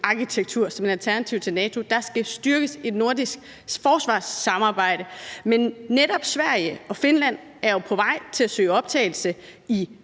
sikkerhedsarkitektur som et alternativ til NATO. Et nordisk forsvarssamarbejde skal styrkes. Men netop Sverige og Finland er jo på vej til at søge optagelse i